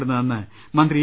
മിടുന്നതെന്ന് മന്ത്രി ഇ